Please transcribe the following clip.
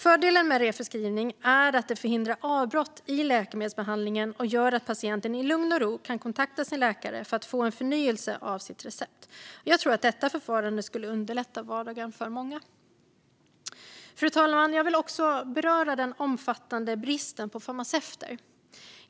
Fördelen med re-förskrivning är att den förhindrar avbrott i läkemedelsbehandlingen och gör att patienten i lugn och ro kan kontakta sin läkare för att få en förnyelse av sitt recept. Jag tror att detta förfarande skulle underlätta vardagen för många. Fru talman! Jag vill också beröra den omfattande bristen på farmaceuter.